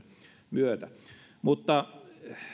myötä